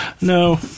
no